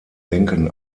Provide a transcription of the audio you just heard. denken